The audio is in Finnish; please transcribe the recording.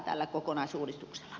arvoisa puhemies